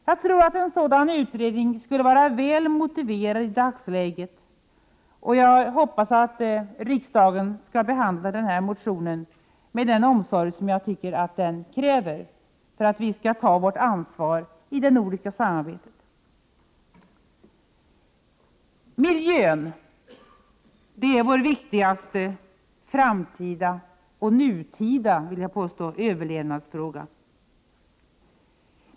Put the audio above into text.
Jag tror att en sådan utredning skulle vara väl motiverad i dagsläget, och jag hoppas att riksdagen skall behandla motionen med den omsorg som jag tycker att den kräver för att vi skall ta vårt ansvar i det nordiska samarbetet. Miljön är vår viktigaste framtida och nutida överlevnadsfråga.